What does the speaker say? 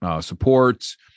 supports